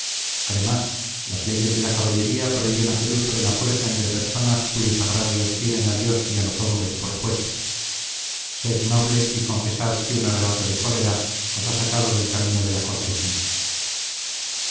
además las leyes de la caballería prohíben hacer uso de la fuerza entre personas cuyos agravios tienen a dios y a los hombres por jueces sed noble y confesad que un arrebato de cólera os ha sacado del camino de la cortesía